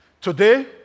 Today